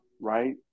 right